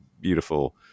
beautiful